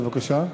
בבקשה.